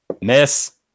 Miss